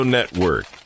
Network